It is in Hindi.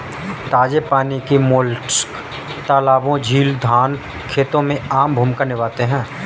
ताजे पानी के मोलस्क तालाबों, झीलों, धान के खेतों में आम भूमिका निभाते हैं